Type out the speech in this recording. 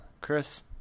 Chris